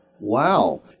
Wow